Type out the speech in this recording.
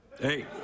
Hey